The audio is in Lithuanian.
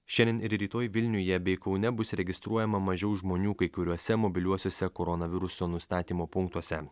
šiandien ir rytoj vilniuje bei kaune bus registruojama mažiau žmonių kai kuriuose mobiliuosiuose koronaviruso nustatymo punktuose